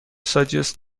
suggests